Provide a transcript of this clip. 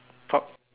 top